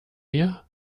wir